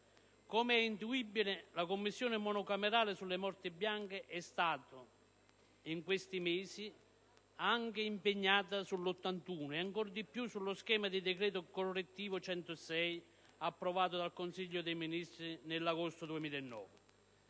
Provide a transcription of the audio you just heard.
Come è intuibile, la Commissione monocamerale sulle morti bianche è stata in questi mesi impegnata sul decreto legislativo n. 81 e, ancora di più, sullo schema di decreto correttivo n. 106, approvato dal Consiglio dei ministri nell'agosto 2009.